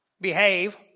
Behave